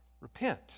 repent